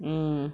mm